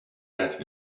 get